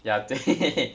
ya 对